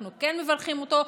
אנחנו כן מברכים עליו,